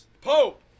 Pope